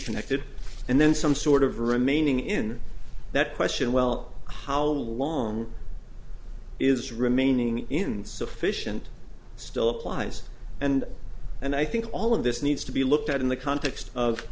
connected and then some sort of remaining in that question well how long is remaining insufficient still applies and and i think all of this needs to be looked at in the context of